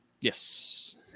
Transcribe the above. Yes